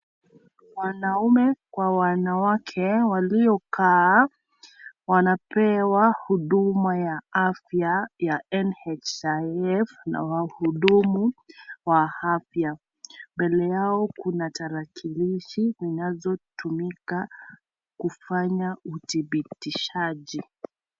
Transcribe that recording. Wanaume kwa wanawake waliokaa, wanapewa huduma ya afya ya NHIF na wahudumu wa afya, mbele yao kuna tarakilishi inazotumika kufanya udhibitishaji.